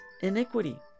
iniquity